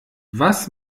was